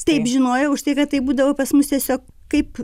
taip žinojau už tai kad tai būdavo pas mus tiesiog kaip